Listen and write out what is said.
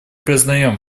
признаем